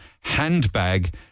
handbag